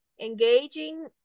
engaging